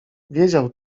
wiedział